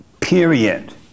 Period